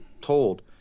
told